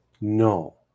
No